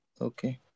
Okay